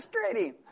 frustrating